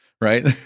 right